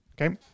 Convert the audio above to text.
Okay